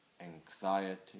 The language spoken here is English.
anxiety